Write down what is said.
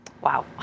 Wow